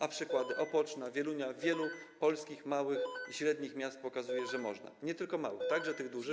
A przykłady Opoczna, Wielunia, wielu polskich małych i średnich miast pokazują, że można - nie tylko małych, także tych dużych.